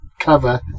cover